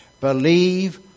Believe